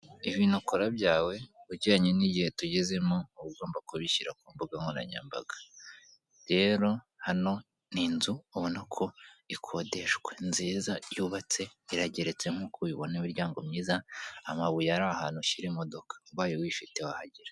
Ibintu ukora byawe ujyanye n' igihe tugezemo uba ugomba kubishyira kumbugankoranyambaga, rero hano ni inzu ubona ko ikodeshwa, nziza yubatse irageretse nkuko ubibona ,imiryango myiza, amabuye ari ahantu ushyira imodoka, ubaye wifite wahagera.